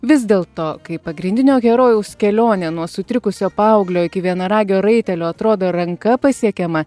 vis dėl to kai pagrindinio herojaus kelionė nuo sutrikusio paauglio iki vienaragio raitelio atrodo ranka pasiekiama